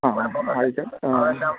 ആ